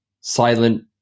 silent